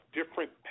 different